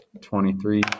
twenty-three